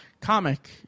comic